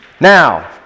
Now